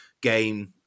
game